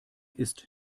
ist